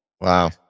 Wow